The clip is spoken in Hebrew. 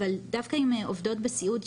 אבל דווקא עם עובדות בסיעוד,